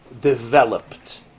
developed